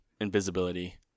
invisibility